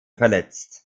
verletzt